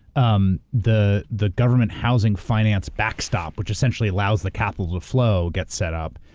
um the the government housing finance backstop, which essentially allows the capital to flow gets set up.